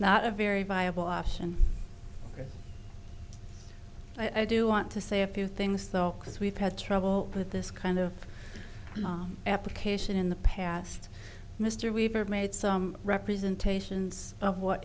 not a very viable option i do want to say a few things though because we've had trouble with this kind of application in the past mr weaver made some representations of what